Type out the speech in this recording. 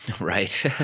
Right